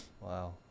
Wow